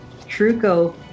Truco